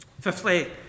Fifthly